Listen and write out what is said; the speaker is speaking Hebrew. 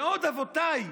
בעוד אבותיי,